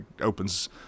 opens